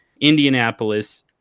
Indianapolis